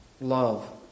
love